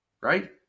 right